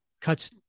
cuts